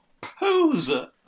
poser